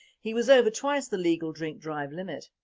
he was over twice the legal drink drive limit.